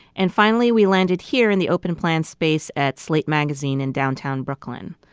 and finally we landed here in the open plan space at slate magazine in downtown brooklyn.